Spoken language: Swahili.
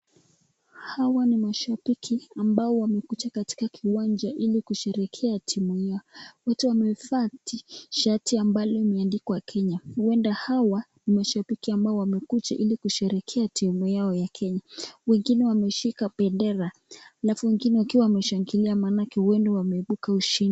Hawa ni mashabiki ambao wamekuja katika kiwanja ili kusherehekea timu yao. Wote wamevaa shati ambalo imeandikwa Kenya. Huenda hawa ni mashabiki ambao wamekuja ili kusherehekea timu yao ya Kenya. Wengine wameshika bendera alafu wengine wakiwa wameshangilia maanake huenda wameibuka washindi.